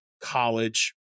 college